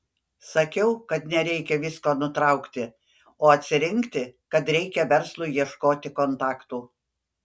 sakiau kad nereikia visko nutraukti o atsirinkti kad reikia verslui ieškoti kontaktų